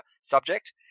subject